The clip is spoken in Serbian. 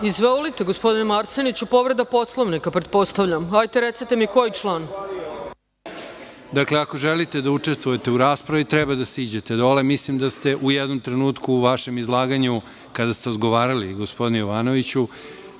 Izvolite, gospodine Marseniću. Povreda Poslovnika, pretpostavljam. Hajte, recite mi koji član? **Predrag Marsenić** Dakle, ako želite da učestvujete u raspravi, treba da siđete dole. Mislim da ste u jednom trenutku u vašem izlaganju kada ste odgovarali gospodine Jovanoviću,